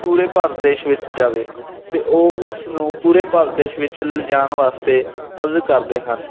ਪੂਰੇ ਭਾਰਤ ਦੇਸ਼ ਵਿੱਚ ਜਾਵੇ ਅਤੇ ਉਹ ਉਸ ਨੂੰ ਪੂਰੇ ਭਾਰਤ ਦੇਸ਼ ਵਿੱਚ ਲਿਜਾਣ ਵਾਸਤੇ ਮਦਦ ਕਰਦੇ ਹਨ